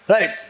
Right